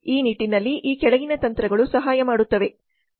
ಈ ನಿಟ್ಟಿನಲ್ಲಿ ಈ ಕೆಳಗಿನ ತಂತ್ರಗಳು ಸಹಾಯ ಮಾಡುತ್ತವೆ